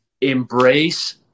Embrace